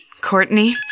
Courtney